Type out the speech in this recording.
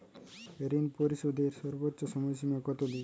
ঋণ পরিশোধের সর্বোচ্চ সময় সীমা কত দিন?